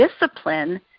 discipline